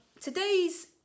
today's